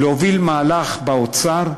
להוביל מהלך באוצר,